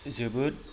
जोबोद